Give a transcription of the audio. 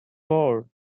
four